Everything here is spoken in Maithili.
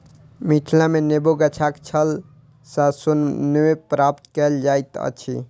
मिथिला मे नेबो गाछक छाल सॅ सोन नै प्राप्त कएल जाइत अछि